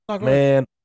man